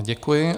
Děkuji.